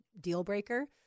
deal-breaker